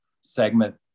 segment